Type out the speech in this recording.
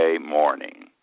morning